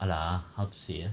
!alah! how to say eh